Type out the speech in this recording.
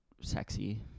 sexy